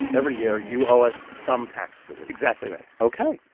every year, you owe us some taxes at least exactly right ok.